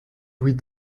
louis